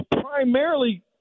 primarily